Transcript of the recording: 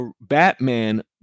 batman